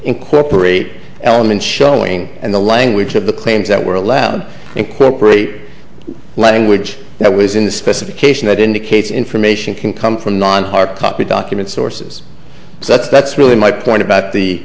incorporate elements showing and the language of the claims that were allowed incorporate language that was in the specification that indicates information can come from non hard copy documents sources such that's really my point about the